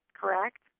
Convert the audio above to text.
correct